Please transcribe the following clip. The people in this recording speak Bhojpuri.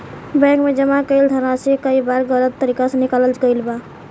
बैंक में जमा कईल धनराशि के कई बार गलत तरीका से निकालल गईल बा